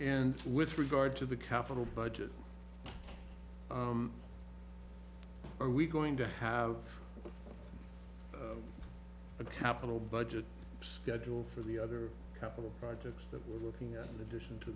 and with regard to the capital budget we're going to have a capital budget schedule for the other capital projects that we're looking at an addition